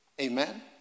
Amen